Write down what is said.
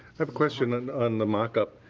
have a question and on the mockup.